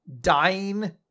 dying